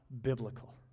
biblical